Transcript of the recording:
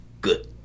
good